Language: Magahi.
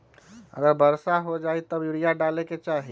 अगर वर्षा हो जाए तब यूरिया डाले के चाहि?